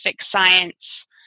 science